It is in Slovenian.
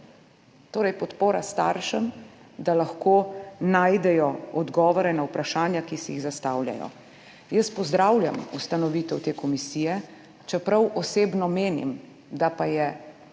podpora staršem, da lahko najdejo odgovore na vprašanja, ki si jih zastavljajo. Jaz pozdravljam ustanovitev te komisije, čeprav osebno menim, da bi